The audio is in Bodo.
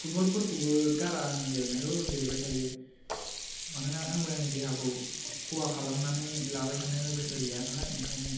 फुटबल फोरखौ बो गारा आंङो गेलेनायखौ गेलेबाय थायो मानोना आं बो आंनि देहा खौ खहा खालामनानै लाबाय थानो गोसो गैया नालाय ओंखायनो